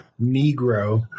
Negro